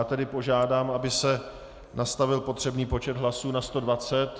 A já tedy požádám, aby se nastavil potřebný počet hlasů na 120.